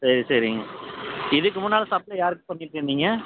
சரி சரிங்க இதுக்கு முன்னால் சப்ளை யாருக்கு பண்ணிட்டுருந்தீங்க